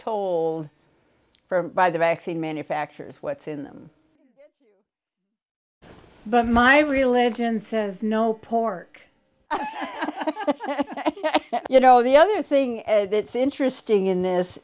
told for by the vaccine manufacturers what's in them but my religion says no pork you know the other thing that's interesting in this